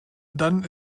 dann